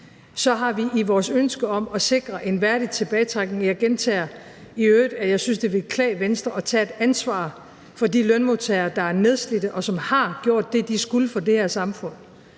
så har vi et ønske om at sikre en værdig tilbagetrækning. Jeg gentager i øvrigt, at jeg synes, det ville klæde Venstre at tage et ansvar for de lønmodtagere, der er nedslidte, og som har gjort det, de skulle for det her samfund.